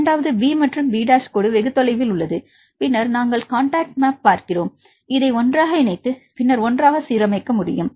இரண்டாவது b மற்றும் b' கோடு வெகு தொலைவில் உள்ளது பின்னர் நாங்கள் காண்டாக்ட் மேப் பார்க்கிறோம் இதை ஒன்றாக இணைத்து பின்னர் ஒன்றாக சீரமைக்க முடியும்